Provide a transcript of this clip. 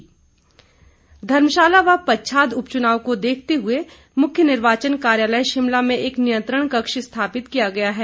नियंत्रण कक्ष धर्मशाला व पच्छाद उपचुनाव को देखते हुए मुख्य निर्वाचन कार्यालय शिमला में एक नियंत्रण कक्ष स्थापित किया गया है